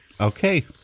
Okay